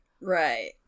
Right